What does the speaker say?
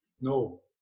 no